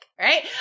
right